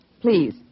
Please